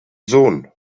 sohn